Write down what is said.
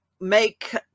make